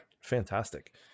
Fantastic